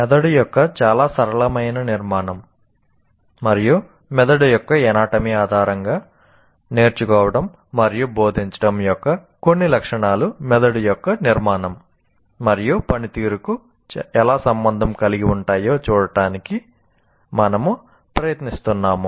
మెదడు యొక్క చాలా సరళమైన నిర్మాణం మరియు మెదడు యొక్క అనాటమీ ఆధారంగా నేర్చుకోవడం మరియు బోధించడం యొక్క కొన్ని లక్షణాలు మెదడు యొక్క నిర్మాణం మరియు పనితీరుకు ఎలా సంబంధం కలిగి ఉంటాయో చూడటానికి మనము ప్రయత్నిస్తున్నాము